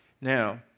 Now